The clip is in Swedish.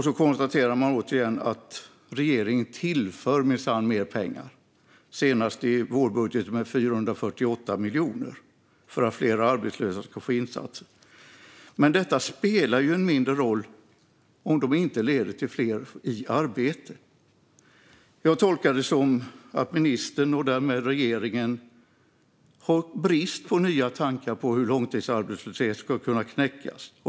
Så konstaterar man återigen att regeringen minsann tillför mer pengar, senast i vårbudgeten 448 miljoner för att fler arbetslösa ska få insatser. Men detta spelar mindre roll om insatserna inte leder till att fler kommer i arbete. Jag tolkar det som att ministern och därmed regeringen har brist på nya tankar om hur långtidsarbetslösheten ska kunna knäckas.